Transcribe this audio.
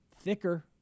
thicker